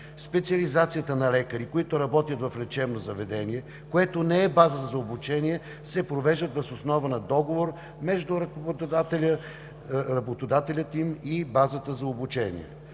Специализацията на лекари, които работят в лечебно заведение, което не е база за обучение, се провежда въз основа на договор между работодателя им и базата за обучение.